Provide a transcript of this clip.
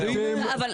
זה דמוקרטיה.